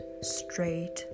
straight